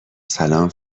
سلام